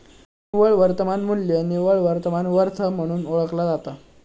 निव्वळ वर्तमान मू्ल्य निव्वळ वर्तमान वर्थ म्हणून सुद्धा ओळखला जाता